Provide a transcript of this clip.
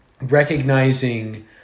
recognizing